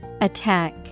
Attack